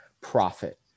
profit